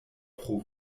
pro